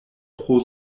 pro